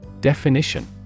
Definition